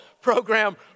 program